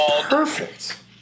perfect